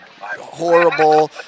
horrible